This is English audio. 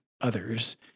others